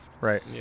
Right